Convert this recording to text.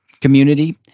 community